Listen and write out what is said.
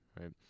right